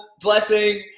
Blessing